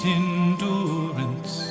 endurance